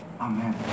Amen